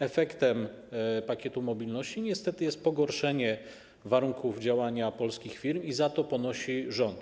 Efektem Pakietu Mobilności niestety jest pogorszenie warunków działania polskich firm i za to winę ponosi rząd.